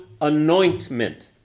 anointment